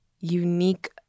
unique